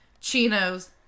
Chinos